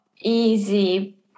easy